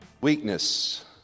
Weakness